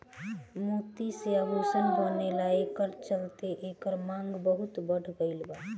मोती से आभूषण बनेला एकरे चलते एकर मांग बहुत बढ़ गईल बा